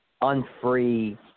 unfree